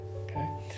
Okay